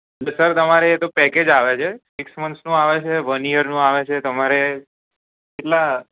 એ તો સર તમારે એતો પેકેજ આવે છે સિક્સ મંથ્સનું આવે છે વન યરનું આવે છે તમારે કેટલાં